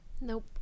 Nope